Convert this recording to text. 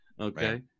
Okay